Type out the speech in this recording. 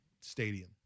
stadium